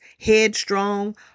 headstrong